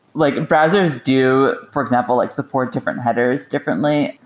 like browsers do, for example, like support different headers differently.